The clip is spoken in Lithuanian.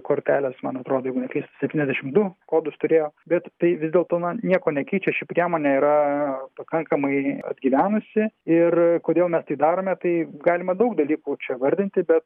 kortelės man atrodo jeigu neklystu septyniasdešimt du kodus turėjo bet tai vis dėl to na nieko nekeičia ši priemonė yra pakankamai atgyvenusi ir kodėl mes tai darome tai galima daug dalykų čia vardinti bet